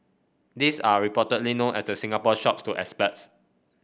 these are reportedly known as the Singapore Shops to expats